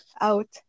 out